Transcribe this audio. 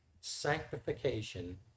sanctification